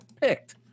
picked